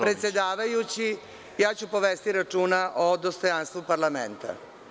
predsedavajući, ja ću povesti računa o dostojanstvu parlamenta.